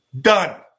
Done